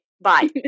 Bye